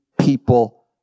people